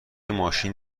ماشین